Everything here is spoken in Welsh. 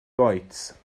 goets